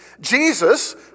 Jesus